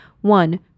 One